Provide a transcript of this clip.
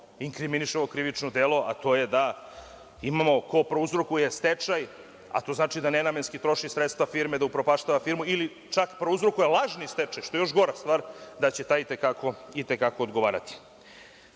inkriminiše ovo krivično delo, a to je da imamo ko prouzrokuje stečaj, a to znači da nenamenski troši sredstva firme, da upropaštava firmu, ili, čak, prouzrokuje lažni stečaj, što je još gora stvar, da će taj i te kako odgovarati. Veoma